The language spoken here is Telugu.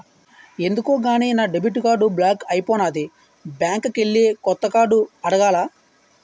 ఎందుకో గాని నా డెబిట్ కార్డు బ్లాక్ అయిపోనాది బ్యాంకికెల్లి కొత్త కార్డు అడగాల